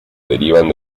derivan